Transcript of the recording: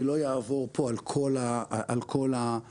אני לא אעבור פה על כל הסיכונים,